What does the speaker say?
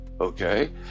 Okay